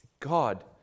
God